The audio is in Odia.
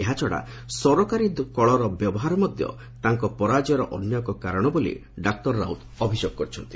ଏହାଛଡା ସରକାରୀ କଳର ବ୍ୟବହାର ମଧ୍ଧ ତାଙ୍କ ପରାଜୟର ଅନ୍ୟଏକ କାରଶ ବୋଲି ଡାକ୍ତର ରାଉତ ଅଭିଯୋଗ କରିଛନ୍ତି